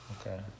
Okay